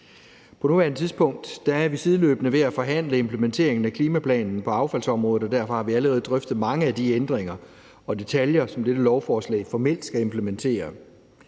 På nuværende tidspunkt er vi sideløbende ved at forhandle implementeringen af klimaplanen for affaldsområdet, og derfor har vi allerede drøftet mange af de ændringer og detaljer, som dette lovforslag formelt skal implementere.